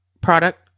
product